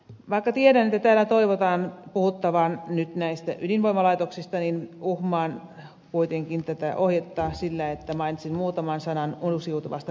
vaikka tiedän että täällä toivotaan puhuttavan nyt näistä ydinvoimalaitoksista niin uhmaan kuitenkin tätä ohjetta sillä että mainitsen muutaman sanan uusiutuvasta energiasta